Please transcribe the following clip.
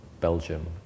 Belgium